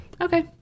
Okay